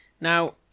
Now